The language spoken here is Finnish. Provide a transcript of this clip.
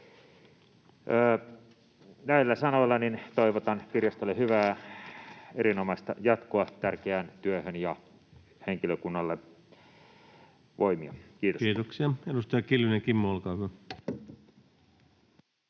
Näillä sanoilla toivotan kirjastolle hyvää, erinomaista jatkoa tärkeään työhön ja henkilökunnalle voimia. — Kiitos. Kiitoksia. — Edustaja Kiljunen, Kimmo, olkaa hyvä.